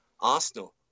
Arsenal